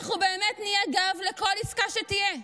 אנחנו באמת נהיה גב לכל עסקה שתהיה.